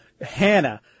Hannah